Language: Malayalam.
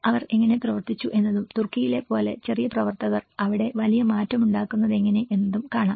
അവർ എങ്ങനെ പ്രവർത്തിച്ചു എന്നതും തുർക്കിയിലെ പോലെ ചെറിയ പ്രവർത്തകർ അവിടെ വലിയ മാറ്റമുണ്ടാക്കുന്നതെങ്ങനെ എന്നതും കാണാം